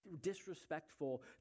disrespectful